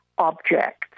Objects